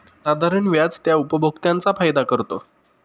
साधारण व्याज त्या उपभोक्त्यांचा फायदा करतो